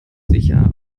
sicher